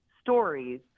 stories